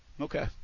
Okay